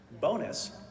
Bonus